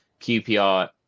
QPR